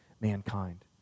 mankind